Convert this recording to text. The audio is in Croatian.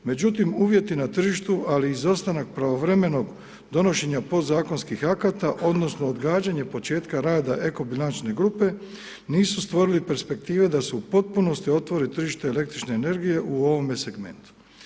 Međutim, uvjeti na tržištu ali i izostanak pravovremenog donošenja podzakonskih akata odnosno odgađanje početka rada ekobilančne grupe nisu stvorili perspektive da se u potpunosti otvori tržište električne energije u ovome segmentu.